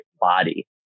body